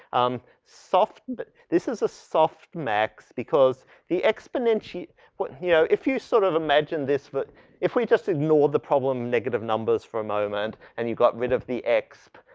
um, soft but this is a softmax because the exponenti but you know, if you sort of imagine this but if we just ignore the problem negative numbers for a moment and you got rid of the exp,